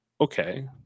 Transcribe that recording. Okay